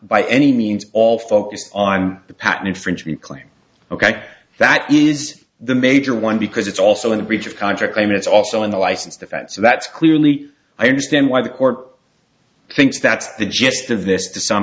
by any means all focused on the patent infringement claim ok that is the major one because it's also in breach of contract claim it's also in the license defense so that's clearly i understand why the court thinks that's the gist of this to some